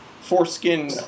foreskin